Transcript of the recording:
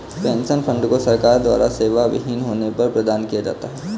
pension fund को सरकार द्वारा सेवाविहीन होने पर प्रदान किया जाता है